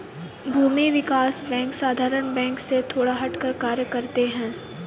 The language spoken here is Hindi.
भूमि विकास बैंक साधारण बैंक से थोड़ा हटकर कार्य करते है